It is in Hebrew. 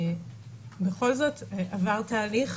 בכל זאת עבר תהליך,